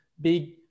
big